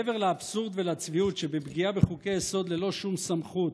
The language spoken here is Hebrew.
מעבר לאבסורד ולצביעות שבפגיעה בחוקי-יסוד ללא שום סמכות,